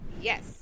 Yes